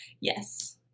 Yes